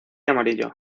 amarillo